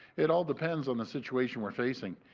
it all depends on the situation we are facing.